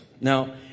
Now